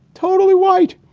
totally white.